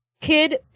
kid